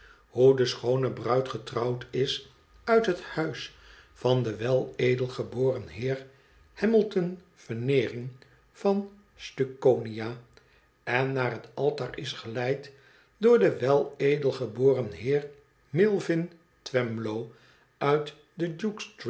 de schoone bruid getrouwd is uit het huis van den wel edelgeboren heer hamilton veneering van stucconia en naar het altaar is geleid door den wel edelgeboren heer milvin twemlow uit de